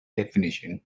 definition